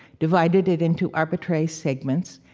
divided it into arbitrary segments,